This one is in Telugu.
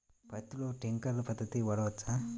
పత్తిలో ట్వింక్లర్ పద్ధతి వాడవచ్చా?